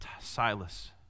Silas